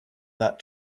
that